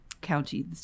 county